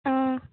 অঁ